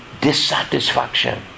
dissatisfaction